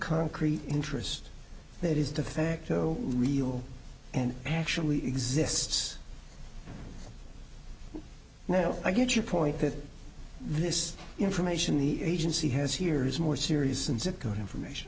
concrete interest that is de facto real and actually exists now i get your point that this information the agency has here is more serious and zipcode information